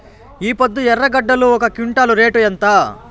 ఈపొద్దు ఎర్రగడ్డలు ఒక క్వింటాలు రేటు ఎంత?